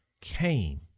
came